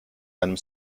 einem